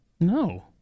No